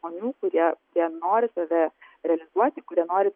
žmonių kurie jie nori save realizuoti kurie nori